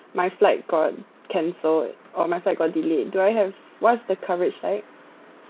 my flight got cancelled or my flight got delayed do I have what's the coverage like